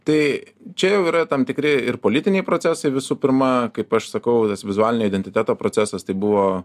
tai čia jau yra tam tikri ir politiniai procesai visų pirma kaip aš sakau tas vizualinio identiteto procesas tai buvo